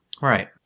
Right